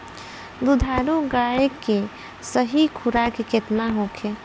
दुधारू गाय के सही खुराक केतना होखे?